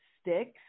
sticks